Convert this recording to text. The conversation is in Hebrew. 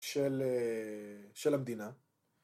‫של המדינה.